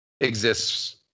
exists